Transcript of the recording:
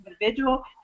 individual